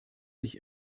sich